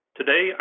Today